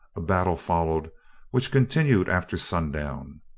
a battle followed which continued after sundown.